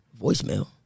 Voicemail